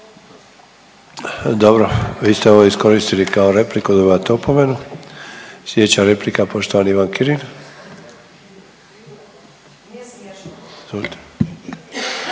Dobro, vi ste ovo iskoristili kao repliku, dobivate opomenu. Slijedeća replika poštovani Ivan Kirin.